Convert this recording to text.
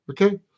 Okay